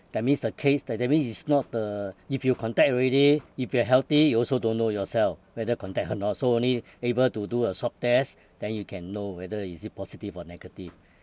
that means the case that that means is not the if you contact already if you are healthy you also don't know yourself whether contact or not so only able to do a swab test then you can know whether is it positive or negative